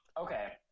Okay